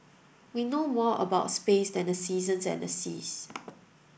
we know more about space than the seasons and the seas